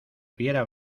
fiera